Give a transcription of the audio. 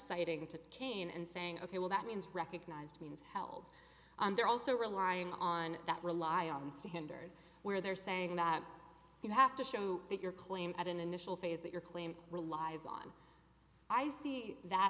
citing to cain and saying ok well that means recognized means held and they're also relying on that rely on standard where they're saying that you have to show that your claim at an initial phase that your claim relies on i see that